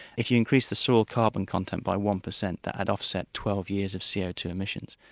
if you increase the soil carbon content by one percent that had offset twelve years of c o two emissions.